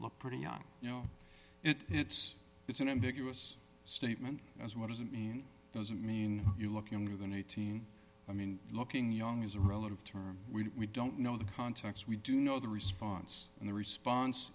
look pretty young you know it it's it's an ambiguous statement as what does it mean doesn't mean you look younger than eighteen i mean looking young is a relative term we don't know the context we do know the response and the response